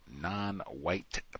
non-white